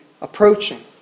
approaching